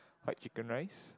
white chicken rice